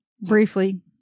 briefly